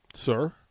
Sir